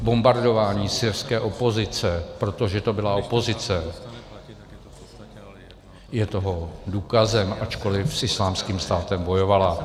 Bombardování syrské opozice, protože to byla opozice, je toho důkazem, ačkoliv s Islámským státem bojovala.